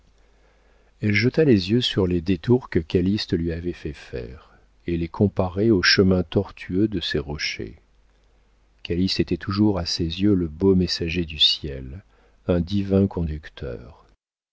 elle jeta les yeux sur les détours que calyste lui avait fait faire et les comparait aux chemins tortueux de ces rochers calyste était toujours à ses yeux le beau messager du ciel un divin conducteur